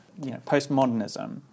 Postmodernism